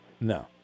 No